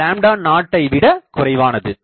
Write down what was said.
50 வைவிட குறைவானது